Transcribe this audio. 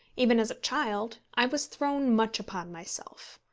even as a child, i was thrown much upon myself.